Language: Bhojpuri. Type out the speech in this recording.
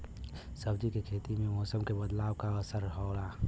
सब्जी के खेती में मौसम के बदलाव क का असर होला?